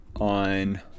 on